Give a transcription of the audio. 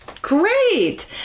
Great